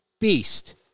beast